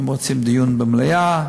אם רוצים דיון במליאה,